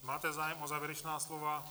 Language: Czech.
Máte zájem o závěrečná slova?